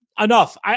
Enough